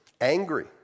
angry